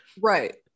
right